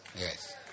Yes